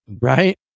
Right